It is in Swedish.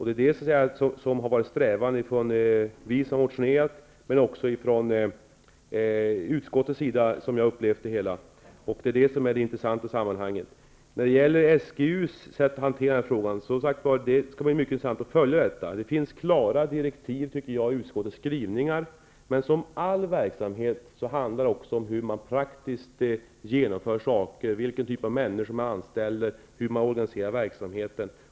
Det är detta som har varit strävan från oss som har motionerat men också från utskottets sida, som jag har upplevt det. Det är det som är intressant i sammanhanget. Det skall bli mycket intressant att följa SGU:s sätt att hantera den här frågan. Det finns klara direktiv i utskottets skrivning. Men som i all annan verksamhet handlar det om hur man praktiskt genomför saker, vilken typ av människor man anställer och hur man organiserar verksamheten.